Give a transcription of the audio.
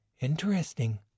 Interesting